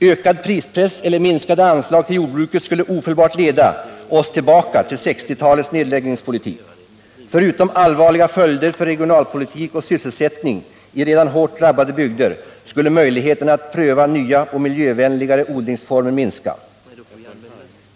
Ökad prispress eller minskade anslag till jordbruket skulle ofelbart leda oss tillbaka till 1960-talets nedläggningspolitik. Förutom allvarliga följder för regionalpolitik och sysselsättning i redan hårt drabbade bygder skulle möjligheterna att pröva nya och miljövänligare odlingsformer minska.